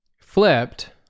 flipped